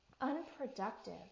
unproductive